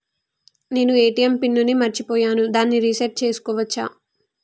నేను ATM pin ని మరచిపోయాను దాన్ని రీ సెట్ చేసుకోవచ్చా?